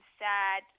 sad